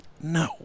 No